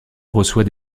reçoit